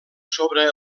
sobre